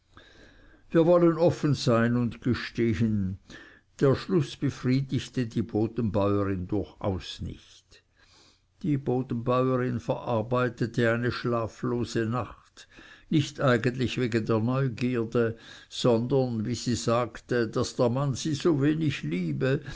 wir wollen offen sein und gestehen der schluß befriedigte die bodenbäurin durchaus nicht die bodenbäurin verarbeitete eine schlaflose nacht nicht eigentlich wegen der neugierde sondern wie sie sagte daß der mann sie so wenig liebe